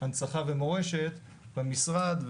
הנצחה ומורשת במשרד,